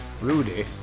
Rudy